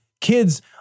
kids